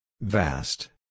Vast